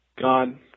God